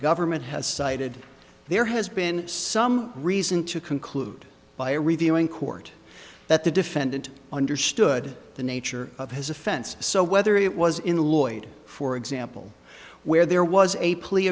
government has cited there has been some reason to conclude by reviewing court that the defendant understood the nature of his offense so whether it was in the lloyd for example where there was a plea